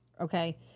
Okay